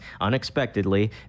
unexpectedly